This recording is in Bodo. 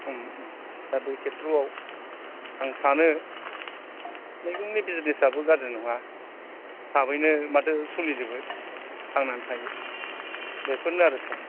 दा बे खेथ्रयाव आं सानो मैगंनि बिजिनेसाबो गाज्रि नङा थाबैनो माथो सोलिजोबो थांनानै थायो बेफोरनो आरो सार